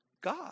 God